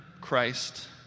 Christ